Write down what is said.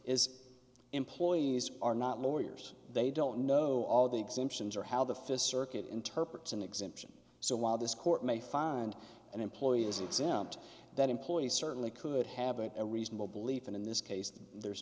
is employees are not lawyers they don't know all the exemptions or how the fist circuit interprets an exemption so while this court may find an employee is exempt that employee certainly could have a reasonable belief and in this case there's